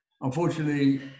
Unfortunately